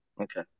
Okay